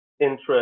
interest